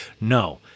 no